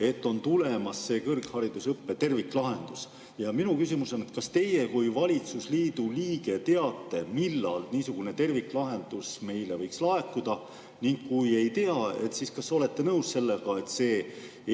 et on tulemas kõrgharidusõppe terviklahendus. Minu küsimus on: kas teie kui valitsusliidu liige teate, millal niisugune terviklahendus meile võiks laekuda? Ning kui ei tea, siis kas te olete nõus, et see